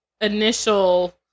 initial